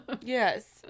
Yes